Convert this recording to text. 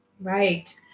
Right